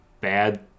bad